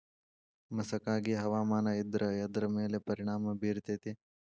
ಮಸಕಾಗಿ ಹವಾಮಾನ ಇದ್ರ ಎದ್ರ ಮೇಲೆ ಪರಿಣಾಮ ಬಿರತೇತಿ?